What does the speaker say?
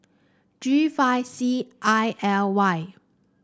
G five C I L Y